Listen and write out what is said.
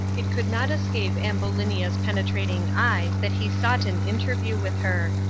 it could not escape ambulinia's penetrating eye that he sought an interview with her,